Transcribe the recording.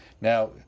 Now